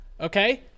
okay